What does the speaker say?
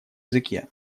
языке